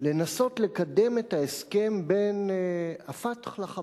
לנסות לקדם את ההסכם בין "פתח" ל"חמאס".